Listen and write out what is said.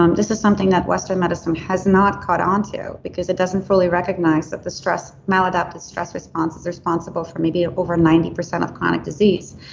um this is something that western medicine has not caught on to because it doesn't fully recognize that the maladaptive stress response is responsible for maybe over ninety percent chronic disease.